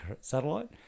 satellite